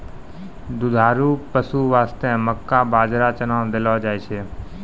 दुधारू पशु वास्तॅ मक्का, बाजरा, चना देलो जाय छै